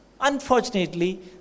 Unfortunately